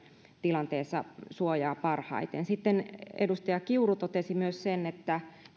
tilanteensa suojaa parhaiten sitten edustaja kiuru totesi myös sen että